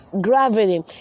gravity